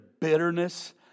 bitterness